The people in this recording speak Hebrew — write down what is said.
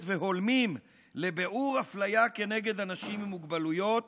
והולמים לביעור אפליה כנגד אנשים עם מוגבלויות